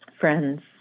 friend's